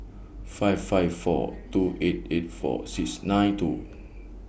five five four two eight eight four six nine two